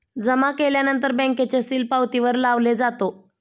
जमा केल्यानंतर बँकेचे सील पावतीवर लावले जातो